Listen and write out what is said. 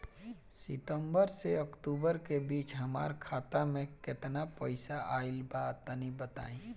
सितंबर से अक्टूबर के बीच हमार खाता मे केतना पईसा आइल बा तनि बताईं?